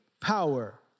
power